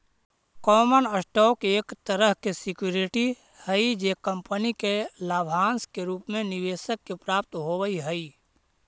common stock एक तरह के सिक्योरिटी हई जे कंपनी के लाभांश के रूप में निवेशक के प्राप्त होवऽ हइ